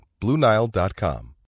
BlueNile.com